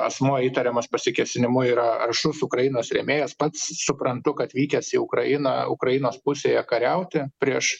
asmuo įtariamas pasikėsinimu yra aršus ukrainos rėmėjas pats suprantu kad vykęs į ukrainą ukrainos pusėje kariauti prieš